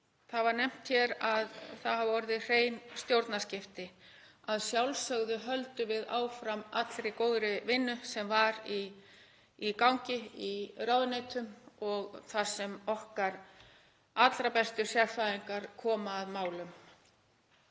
Það var nefnt hér að það hafi orðið hrein stjórnarskipti. Að sjálfsögðu höldum við áfram allri góðri vinnu sem var í gangi í ráðuneytum þar sem okkar allra bestu sérfræðingar koma að málum.